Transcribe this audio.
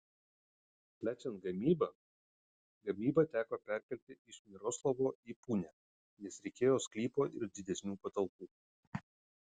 plečiant gamybą gamybą teko perkelti iš miroslavo į punią nes reikėjo sklypo ir didesnių patalpų